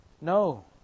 No